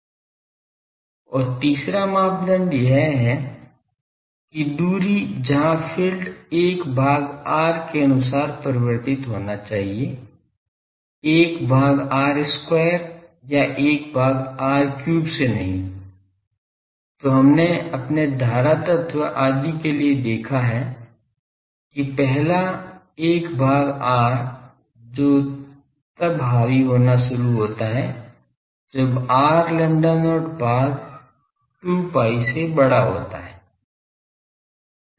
और तीसरा मापदंड यह है कि दूरी जहाँ फ़ील्ड 1 भाग r के अनुसार परिवर्तित होना चाहिए 1 भाग r square या 1 भाग r cube से नहीं तो हमने अपने धारा तत्व आदि के लिए देखा है कि पहला 1 भाग r जो तब हावी होना शुरू होता है जब r lambda not भाग 2 pi से बड़ा होता है